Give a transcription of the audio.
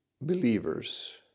believers